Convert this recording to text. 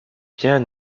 biens